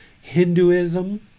Hinduism